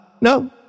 no